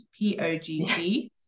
POGP